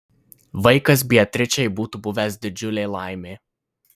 vaikas beatričei būtų buvęs didžiulė laimė